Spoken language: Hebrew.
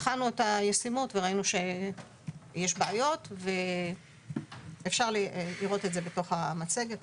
בחנו את הישימות וראינו שיש בעיות ואפשר לראות את זה בתוך המצגת,